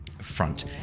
front